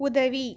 உதவி